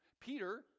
Peter